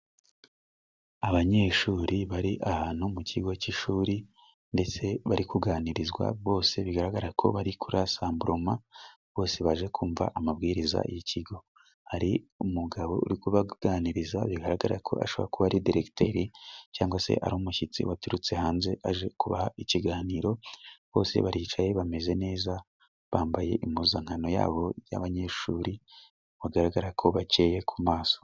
Abanyeshuri bari ahantu mu kigo cy'ishuri ndetse bari kuganirizwa bose bigaragara ko bari kuri asamboroma bose baje kumva amabwiriza y'ikigo. Hari umugabo uri kubaganiriza bigaragara ko ashobora kuba ari deregiteri cyangwa se ari umushyitsi waturutse hanze aje kubaha ikiganiro bose baricaye bameze neza bambaye impuzankano yabo y'abanyeshuri bagaragara ko bacye ku maso.